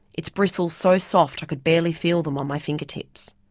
its bristles so soft i could barely feel them on my fingertips.